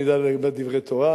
דברי תורה,